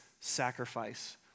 sacrifice